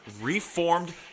reformed